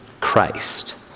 Christ